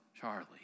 Charlie